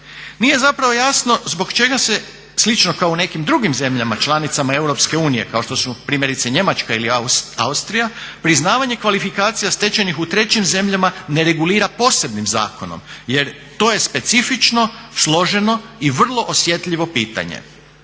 Nije zapravo jasno zbog čega se slično kao u nekim drugim zemljama članicama Europske unije kao što su primjerice Njemačka ili Austrija, priznavanje kvalifikacija stečenih u trećim zemljama ne regulira posebnim zakonom jer to je specifično, složeno i vrlo osjetljivo pitanje.